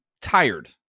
tired